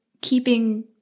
keeping